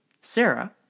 Sarah